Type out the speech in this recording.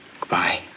Goodbye